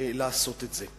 לעשות את זה.